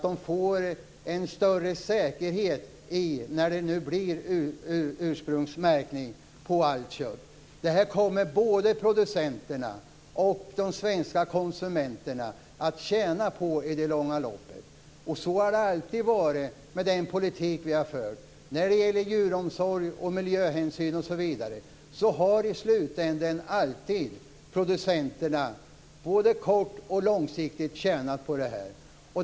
De får en större säkerhet när allt kött skall nu skall ursprungsmärkas. Detta kommer både producenterna och de svenska konsumenterna i det långa loppet att tjäna på. Så har det alltid varit med den politik som vi har fört. När det gäller djuromsorg, miljöhänsyn osv. har producenterna i slutändan både kort och långsiktigt tjänat på detta.